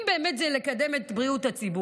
אם זה באמת לקדם את בריאות הציבור,